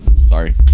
Sorry